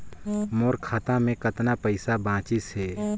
मोर खाता मे कतना पइसा बाचिस हे?